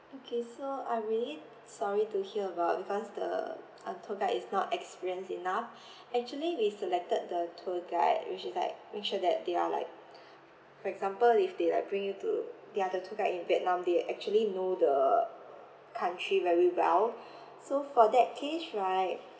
okay so I'm really sorry to hear about because the uh tour guide is not experienced enough actually we selected the tour guide which is like make sure that they are like for example if they like bring you to they are the tour guide in vietnam they actually know the country very well so for that case right